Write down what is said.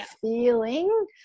feeling